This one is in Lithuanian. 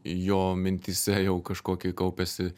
jo mintyse jau kažkokie kaupiasi